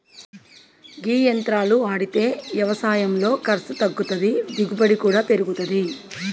గీ యంత్రాలు ఆడితే యవసాయంలో ఖర్సు తగ్గుతాది, దిగుబడి కూడా పెరుగుతాది